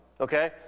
Okay